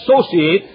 associate